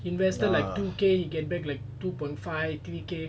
invested like two K he can make like two point five three K